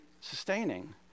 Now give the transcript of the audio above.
sustaining